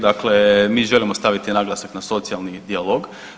Dakle mi želimo staviti naglasak na socijalni dijalog.